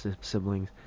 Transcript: siblings